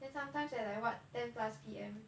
then sometimes at like what ten plus P_M